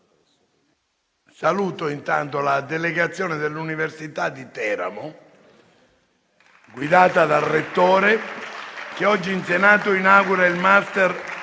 Saluto la delegazione dell'Università di Teramo, guidata dal Rettore, che oggi in Senato inaugura il *master* di